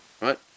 Right